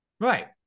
Right